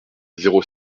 zéro